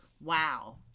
Wow